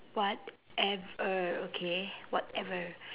whatever okay whatever